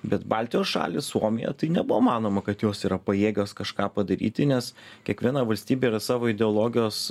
bet baltijos šalys suomija tai nebuvo manoma kad jos yra pajėgios kažką padaryti nes kiekviena valstybė yra savo ideologijos